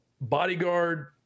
bodyguard